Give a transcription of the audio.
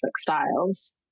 styles